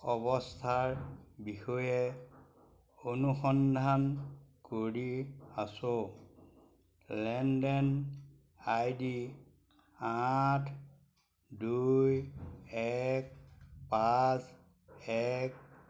অৱস্থাৰ বিষয়ে অনুসন্ধান কৰি আছোঁ লেনদেন আই ডি আঠ দুই এক পাঁচ এক